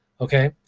okay.